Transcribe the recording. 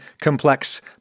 complex